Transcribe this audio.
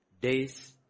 days